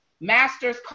masters